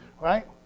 right